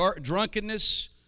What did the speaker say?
drunkenness